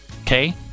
Okay